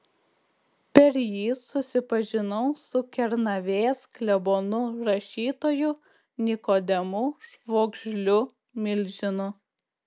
per jį susipažinau su kernavės klebonu rašytoju nikodemu švogžliu milžinu